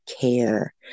care